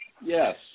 Yes